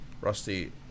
Rusty